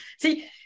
See